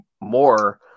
more